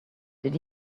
did